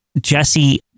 jesse